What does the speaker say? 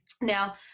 Now